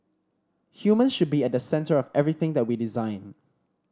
humans should be at the centre of everything that we design